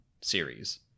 series